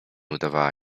udawała